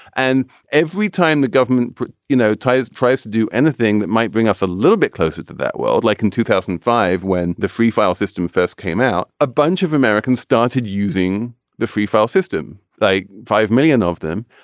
and every time the government you know times tries to do anything that might bring us a little bit closer to that world like in two thousand and five when the free file system first came out a bunch of americans started using the free file system like five million of them.